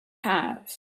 have